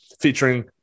featuring